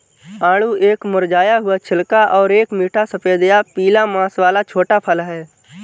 आड़ू एक मुरझाया हुआ छिलका और एक मीठा सफेद या पीला मांस वाला छोटा फल है